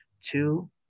Two